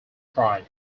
fried